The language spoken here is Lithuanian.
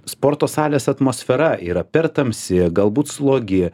sporto salės atmosfera yra per tamsi galbūt slogi